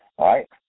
Right